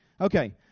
Okay